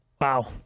Wow